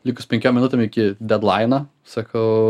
likus penkiom minutėm iki dedlaino sakau